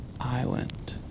island